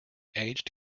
aged